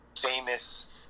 famous